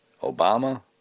Obama